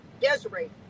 Desiree